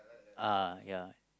uh ya